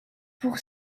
pour